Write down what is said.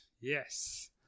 Yes